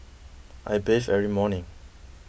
I bathe every morning